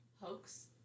hoax